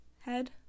head